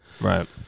right